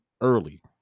early